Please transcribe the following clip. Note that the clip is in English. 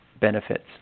benefits